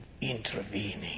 intervening